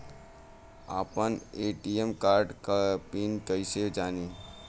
आपन ATM card के PIN कईसे जानी?